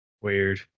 Weird